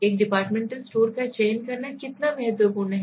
एक departmental store का चयन करना कितना महत्वपूर्ण है